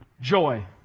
Joy